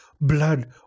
blood